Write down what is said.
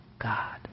God